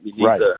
right